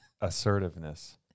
Assertiveness